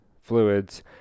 Fluids